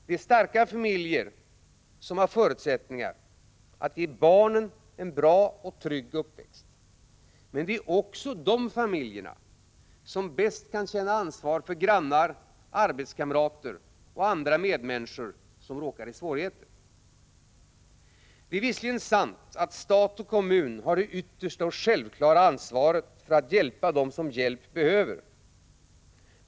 Det är starka familjer som har förutsättningar att ge barnen en bra och trygg uppväxt. Men det är också dessa familjer som bäst kan känna ansvar för grannar, arbetskamrater och andra medmänniskor som råkar i svårigheter. Det är visserligen sant att stat och kommun har det yttersta och självklara ansvaret för att hjälpa dem som hjälp behöver.